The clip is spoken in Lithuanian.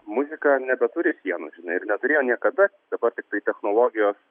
muzika nebeturi sienų žinai ir neturėjo niekada dabar tiktai technologijos